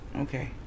Okay